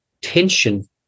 tension